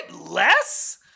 Less